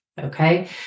okay